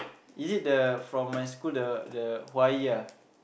is it the from my school the the Huayi ah